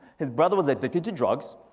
his brother was addicted to drugs,